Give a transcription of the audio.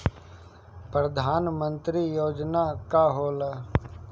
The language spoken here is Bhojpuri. परधान मंतरी योजना का होला?